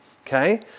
Okay